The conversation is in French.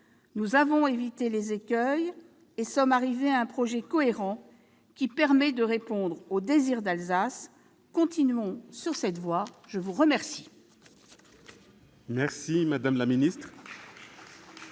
Nous avons évité les écueils et nous sommes arrivés à un projet cohérent, qui permet de répondre au désir d'Alsace. Continuons sur cette voie ! La parole